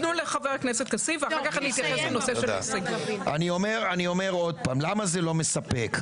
וגם אתמול התפרסם כבר, כמה זה לא נכון.